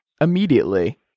immediately